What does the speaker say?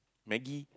Maggi